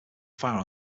fire